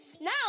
now